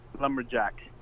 lumberjack